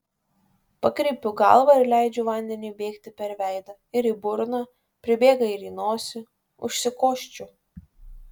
pakreipiu galvą ir leidžiu vandeniui bėgti per veidą ir į burną pribėga ir į nosį užsikosčiu